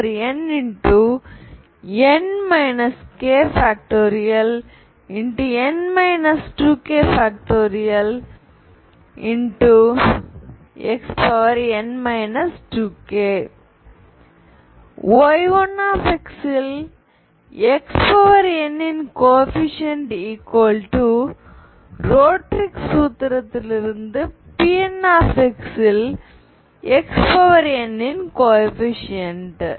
xn 2k Y1 இல் xn இன் coefficient Rodrigues சூத்திரத்திலிருந்து Pn இல் xn இன் கோஏபிசிஎன்ட்